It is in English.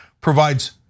provides